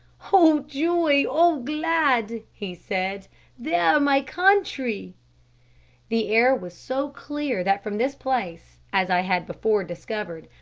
o, joy, o glad he said there my country the air was so clear that from this place, as i had before discovered,